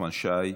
נחמן שי,